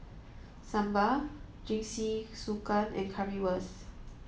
Sambar Jingisukan and Currywurst